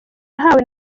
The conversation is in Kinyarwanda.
yahawe